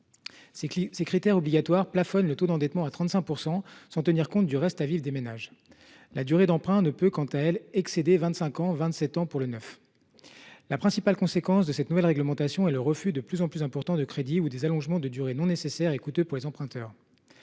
Ces critères obligatoires plafonnent le taux d’endettement à 35 % sans tenir compte du reste à vivre des ménages. La durée d’emprunt ne peut, quant à elle, excéder vingt cinq ans pour l’ancien et vingt sept ans pour le neuf. Les principales conséquences de cette nouvelle réglementation sont les refus de plus en plus nombreux de crédits et des allongements de durée non nécessaires et coûteux pour les emprunteurs.